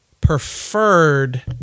preferred